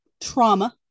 trauma